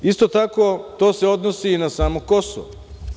Isto tako, to se odnosi i na samo Kosovo.